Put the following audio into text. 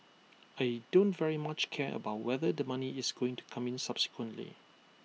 I don't very much care about whether the money is going to come in subsequently